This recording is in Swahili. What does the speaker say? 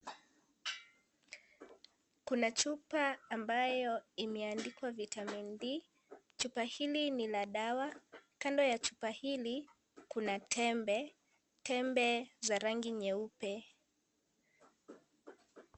Kuna chupa ambayo imeandikwa VITAMIN D, chupa hili lina dawa kando ya chupa hili kuna tembe, tembe za rangi nyeupe.